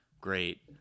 great